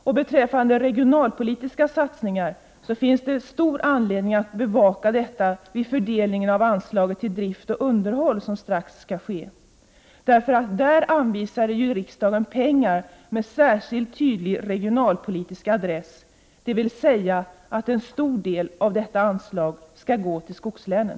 Att det sker regionalpolitiska satsningar finns det anledning att bevaka vid den fördelning av anslag till drift och underhåll som strax skall göras. På den punkten anvisar riksdagen pengar med särskilt tydlig regionalpolitisk adress, dvs. en stor del av det anslaget skall gå till skogslänen.